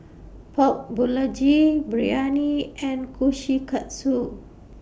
Pork Biryani and Kushikatsu